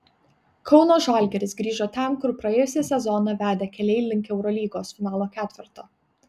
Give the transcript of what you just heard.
kauno žalgiris grįžo ten kur praėjusį sezoną vedė keliai link eurolygos finalo ketverto